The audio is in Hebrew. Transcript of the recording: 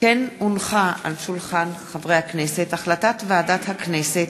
כמו כן הונחה על שולחן הכנסת החלטת ועדת הכנסת